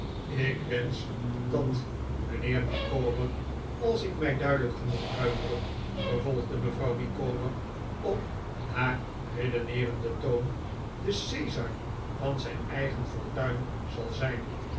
ik wensch dat mijnheer micawber als ik mij duidelijk genoeg uitdruk vervolgde mevrouw micawber op haar redeneerenden toon de caesar van zijn eigen fortuin zal zijn